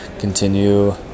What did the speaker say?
Continue